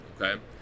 Okay